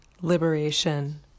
liberation